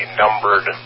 numbered